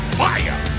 fire